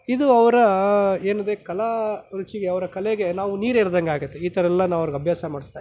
ಇದು ಅವರ ಏನಿದೆ ಕಲಾ ರುಚಿ ಅವರ ಕಲೆಗೆ ನಾವು ನೀರು ಎರೆದಂತೆ ಆಗುತ್ತೆ ಈ ಥರ ಎಲ್ಲ ನಾವು ಅವ್ರಿಗೆ ಅಭ್ಯಾಸ ಮಾಡಿಸ್ದಾಗ